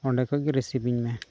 ᱚᱸᱰᱮ ᱠᱷᱚᱡ ᱜᱮ ᱨᱤᱥᱤᱵᱷᱤᱧ ᱢᱮ